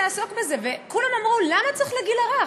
התחלתי לעסוק בזה, וכולם אמרו: למה צריך לגיל הרך?